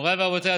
מוריי ורבותיי,